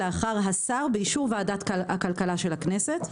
לאחר השר באישור ועדת הכלכלה של הכנסת.